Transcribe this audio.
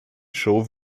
show